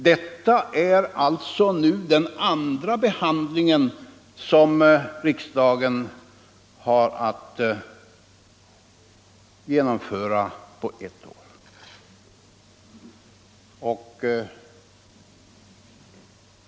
Det här är alltså den andra behandlingen av den frågan som riksdagen har att genomföra på ett år.